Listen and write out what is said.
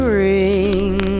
ring